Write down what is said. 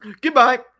goodbye